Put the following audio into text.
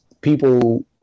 people